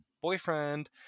boyfriend